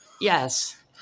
yes